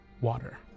water